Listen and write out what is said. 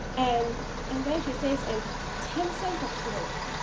and and then she say, so and ten cents of turmeric.